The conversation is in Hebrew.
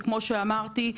וכמו שאמרתי,